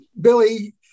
Billy